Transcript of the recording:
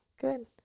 good